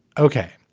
ok,